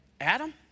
Adam